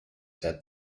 said